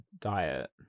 diet